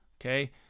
Okay